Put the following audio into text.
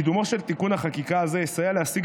קידומו של תיקון החקיקה הזה יסייע להשיג